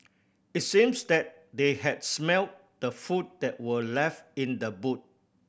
it seems that they had smelt the food that were left in the boot